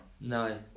no